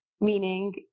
meaning